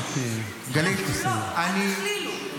אנחנו לא, אל תכלילו.